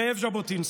זאב ז'בוטינסקי,